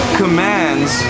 commands